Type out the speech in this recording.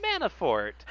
Manafort